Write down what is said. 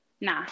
nah